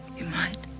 you might.